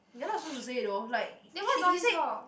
you're not supposed to say you know so like she he say